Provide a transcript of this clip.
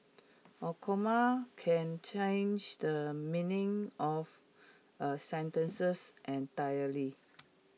A comma can change the meaning of A sentences entirely